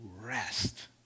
rest